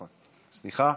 סליחה,